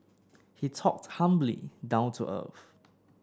he talked humbly down to earth